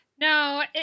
No